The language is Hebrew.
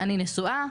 אני נשואה,